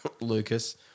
Lucas